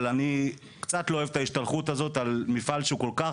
אבל אני קצת לא אוהב את ההשתלחות הזאת על מפעל שהוא כל כך